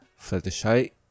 Fluttershy